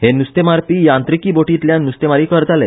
हे नुस्तेमारपी यांत्रिकी बोटींतल्यान नुस्तेमारी करताले